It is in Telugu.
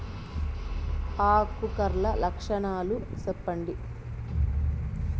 ఆకు కర్ల లక్షణాలు సెప్పండి